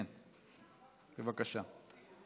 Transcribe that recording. בבקשה.